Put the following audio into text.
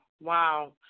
Wow